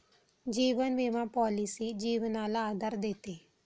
जीवन विमा पॉलिसी जीवनाला आधार देते